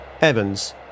Evans